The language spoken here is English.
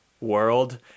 world